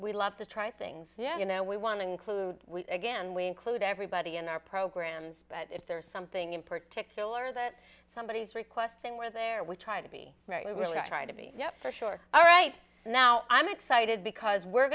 we love to try things you know we want to include again we include everybody in our programs but if there's something in particular that somebody is requesting where they're we're trying to be right we really try to be yes for sure all right now i'm excited because we're